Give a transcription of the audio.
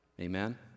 Amen